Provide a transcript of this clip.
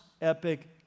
Epic